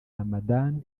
ramadhan